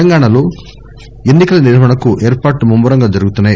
తెలంగాణ రాష్టంలో ఎన్సి కల నిర్వహణకు ఏర్పాట్లు ముమ్మరంగా జరుగుతున్నాయి